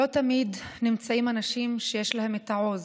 "לא תמיד נמצאים אנשים שיש להם את העוז,